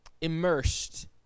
immersed